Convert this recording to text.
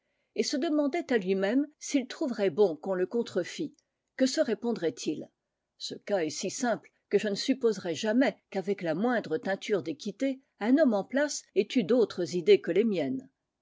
et se demandait à lui-même s'il trouverait bon qu'on le contrefît que se répondrait il ce cas est si simple que je ne supposerai jamais qu'avec la la moindre teinture d'équité un homme en place ait eu d'autres idées que les miennes